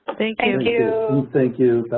thank you. thank you.